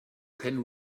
can